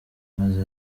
maze